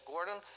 Gordon